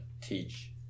teach